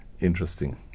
Interesting